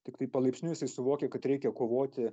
tiktai palaipsniui jisai suvokia kad reikia kovoti